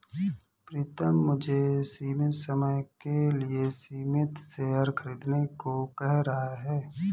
प्रितम मुझे सीमित समय के लिए सीमित शेयर खरीदने को कह रहा हैं